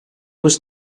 was